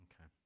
Okay